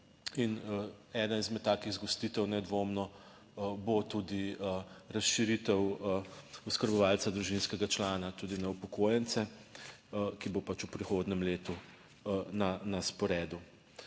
In ena izmed takih zgostitev nedvomno bo tudi razširitev oskrbovalca družinskega člana tudi na upokojence, ki bo pač v prihodnjem letu na sporedu.